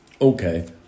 Okay